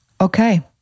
okay